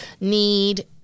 need